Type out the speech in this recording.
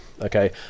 okay